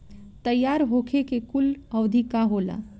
तैयार होखे के कूल अवधि का होला?